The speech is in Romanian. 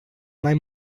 mai